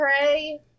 pray